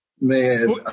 Man